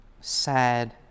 sad